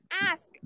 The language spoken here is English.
ask